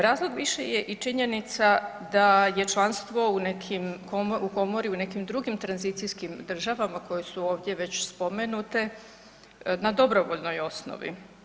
Razlog više je i činjenica da je članstvo u nekim, u komori u nekim drugim tranzicijskim državama koje su ovdje već spomenute na dobrovoljnoj osnovi.